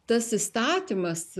tas įstatymas